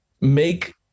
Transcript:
make